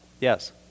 Yes